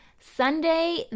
sunday